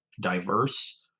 diverse